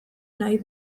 nahi